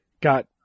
got